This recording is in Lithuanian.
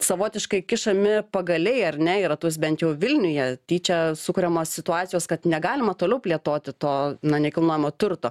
savotiškai kišami pagaliai ar ne į ratus bent jau vilniuje tyčia sukuriamos situacijos kad negalima toliau plėtoti to na nekilnojamo turto